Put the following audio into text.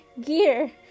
gear